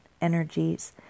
energies